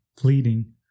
fleeting